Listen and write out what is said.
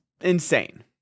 insane